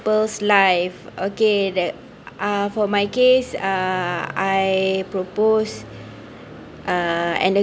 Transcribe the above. peoples live okay that uh for my case uh I propose uh and a~